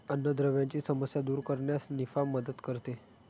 अन्नद्रव्यांची समस्या दूर करण्यास निफा मदत करते